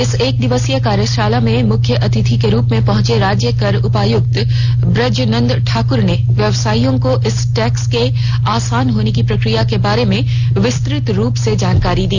इस एक दिवसीय कार्यशाला में मुख्य अतिथि के रुप में पहंचे राज्य कर उपायुक्त ब्रजनंदन ठाक्र ने व्यवसायियों को इस टैक्स के आसान होने की प्रक्रिया के बारे में विस्तृत रूप से जानकारी दी